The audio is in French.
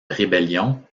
rébellion